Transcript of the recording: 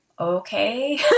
okay